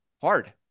hard